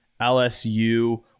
LSU